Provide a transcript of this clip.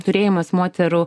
turėjimas moterų